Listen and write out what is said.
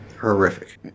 Horrific